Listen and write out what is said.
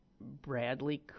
Bradley